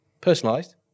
personalized